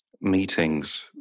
meetings